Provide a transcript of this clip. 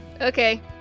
Okay